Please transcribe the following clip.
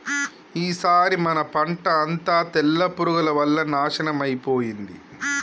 ఈసారి మన పంట అంతా తెల్ల పురుగుల వల్ల నాశనం అయిపోయింది